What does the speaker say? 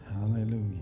Hallelujah